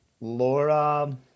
Laura